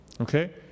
Okay